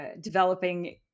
developing